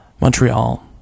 Montreal